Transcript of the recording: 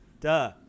Duh